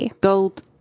gold